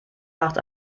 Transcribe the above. macht